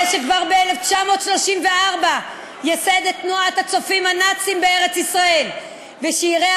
זה שכבר ב-1934 ייסד את תנועת הצופים הנאצים בארץ ישראל ואירח